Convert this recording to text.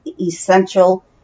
essential